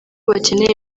bakeneye